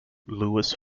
lewis